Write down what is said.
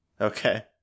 Okay